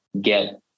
get